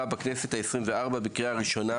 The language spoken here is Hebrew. בכנסת העשרים-וארבע צריך להיות מקף מחבר בקריאה ראשונה